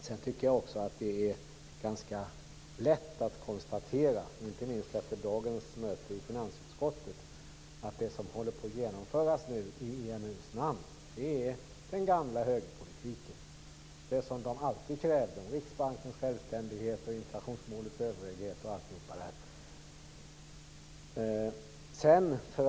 Jag tycker också att det är ganska lätt att konstatera, inte minst efter dagens möte i finansutskottet, att det som håller på att genomföras i EMU:s namn är den gamla högerpolitiken, dvs. det som man alltid krävde: Självständighet för Riksbanken och överhöghet för inflationsmålet osv.